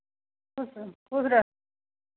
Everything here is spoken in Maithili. खुश रह